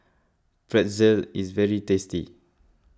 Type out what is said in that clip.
Pretzel is very tasty